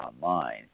online